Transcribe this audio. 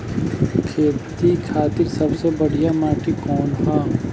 खेती खातिर सबसे बढ़िया माटी कवन ह?